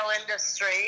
industry